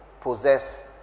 possess